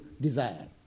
desire